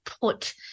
put